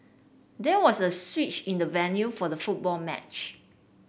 there was a switch in the venue for the football match